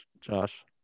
Josh